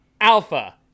Alpha